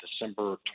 December